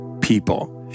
people